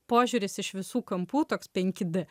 požiūris iš visų kampų toks penki d